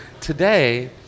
today